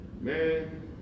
man